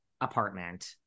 apartment